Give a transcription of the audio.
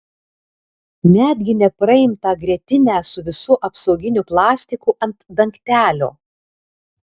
netgi nepraimtą grietinę su visu apsauginiu plastiku ant dangtelio